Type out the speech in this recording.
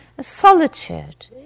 Solitude